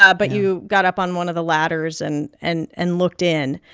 ah but you got up on one of the ladders and and and looked in.